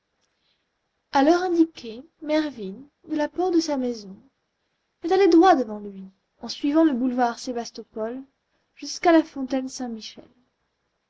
a l'heure indiquée mervyn de la porte de sa maison est allé droit devant lui en suivant le boulevard sébastopol jusqu'à la fontaine saint-michel